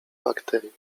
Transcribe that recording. bakterii